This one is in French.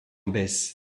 baisse